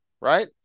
right